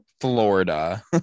Florida